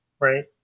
right